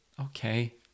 Okay